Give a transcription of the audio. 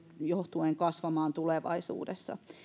johtuen kasvamaan tulevaisuudessa